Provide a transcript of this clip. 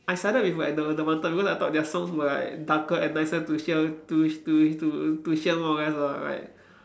I sided with like the the wanted because I thought their songs were like darker and nicer to hear to to to to hear more or less lah like